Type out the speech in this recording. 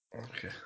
Okay